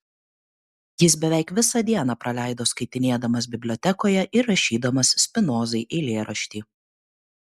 jis beveik visą dieną praleido skaitinėdamas bibliotekoje ir rašydamas spinozai eilėraštį